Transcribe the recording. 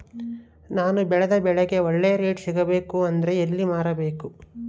ನಾನು ಬೆಳೆದ ಬೆಳೆಗೆ ಒಳ್ಳೆ ರೇಟ್ ಸಿಗಬೇಕು ಅಂದ್ರೆ ಎಲ್ಲಿ ಮಾರಬೇಕು?